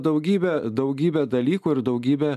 daugybę daugybę dalykų ir daugybę